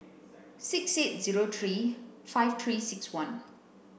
six eight zero three five three six one